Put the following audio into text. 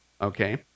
okay